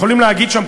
יכולים להגיד שם,